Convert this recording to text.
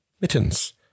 Mittens